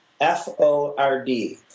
F-O-R-D